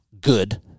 good